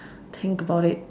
think about it